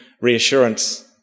reassurance